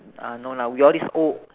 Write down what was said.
oh no lah we all this old